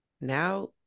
Now